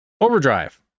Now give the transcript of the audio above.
Overdrive